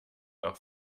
auch